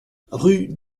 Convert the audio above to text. rue